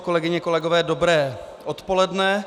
Kolegyně, kolegové, dobré odpoledne.